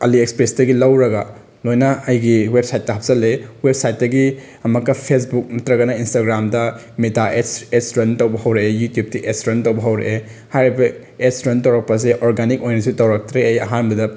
ꯑꯂꯤ ꯑꯦꯛꯁꯄ꯭ꯔꯦꯁꯇꯒꯤ ꯂꯧꯔꯒ ꯂꯣꯏꯅ ꯑꯩꯒꯤ ꯋꯦꯞꯁꯥꯏꯠꯇ ꯍꯥꯞꯆꯤꯜꯂꯦ ꯋꯦꯞꯁꯥꯏꯠꯇꯒꯤ ꯑꯃꯛꯀ ꯐꯦꯁꯕꯨꯛ ꯅꯠꯇ꯭ꯔꯒꯅ ꯏꯟꯁꯇꯥꯒ꯭ꯔꯥꯝꯗ ꯃꯦꯇꯥ ꯑꯦꯠꯁ ꯔꯟ ꯇꯧꯕ ꯍꯧꯔꯛꯑꯦ ꯌꯨꯇ꯭ꯌꯨꯞꯇꯒꯤ ꯑꯦꯠꯁ ꯔꯟ ꯇꯧꯕ ꯍꯧꯔꯛꯑꯦ ꯍꯥꯏꯔꯤꯕ ꯑꯦꯠꯁ ꯔꯟ ꯇꯧꯔꯛꯄꯁꯦ ꯑꯣꯔꯒꯥꯟꯅꯤꯛ ꯑꯣꯏꯅꯁꯨ ꯇꯧꯔꯛꯇ꯭ꯔꯦ ꯑꯩ ꯑꯍꯥꯟꯕꯗ